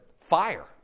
Fire